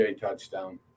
touchdown